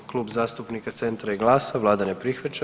Klub zastupnika Centra i GLAS-a, vlada ne prihvaća.